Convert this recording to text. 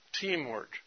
teamwork